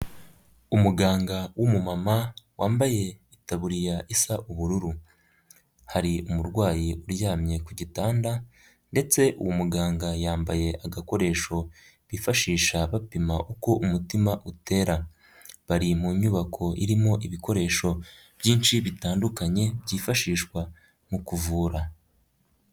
Umuganga w'umumama, wambaye itaburiya isa ubururu. Hari umurwayi uryamye ku gitanda, ndetse uwo muganga yambaye agakoresho, bifashisha bapima uko umutima utera. Bari mu nyubako irimo ibikoresho byinshi bitandukanye, byifashishwa mu kuvura.